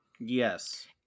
Yes